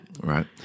Right